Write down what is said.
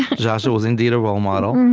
ah zsa so was indeed a role model.